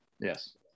Yes